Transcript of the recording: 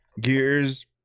gears